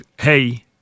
hey